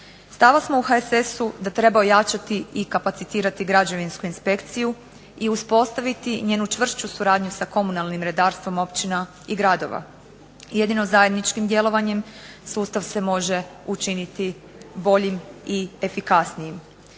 Stava smo u HSS-u da treba ojačati i kapacitirati građevinsku inspekciju i uspostaviti njenu čvršću suradnju sa komunalnim redarstvom općina i gradova. Jedino zajedničkim djelovanjem sustav se može učiniti boljim i efikasnijim.